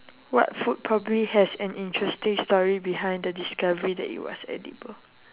what food probably has an interesting story behind the discovery that it was edible